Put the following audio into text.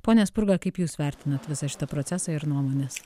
pone spurga kaip jūs vertinat visą šitą procesą ir nuomones